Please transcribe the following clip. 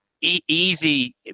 easy